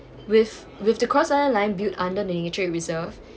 with with the cross island line built under the nature reserve